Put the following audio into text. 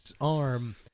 arm